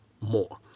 more